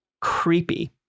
creepy